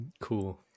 cool